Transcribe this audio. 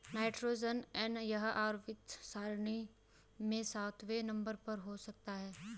nitrogen N यह आवर्त सारणी में सातवें नंबर पर हो सकता है